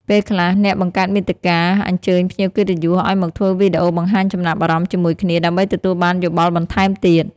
ពេលខ្លះ អ្នកបង្កើតមាតិកា អញ្ជើញភ្ញៀវកិត្តិយសឱ្យមកធ្វើវីដេអូបង្ហាញចំណាប់អារម្មណ៍ជាមួយគ្នា ដើម្បីទទួលបានយោបល់បន្ថែមទៀត។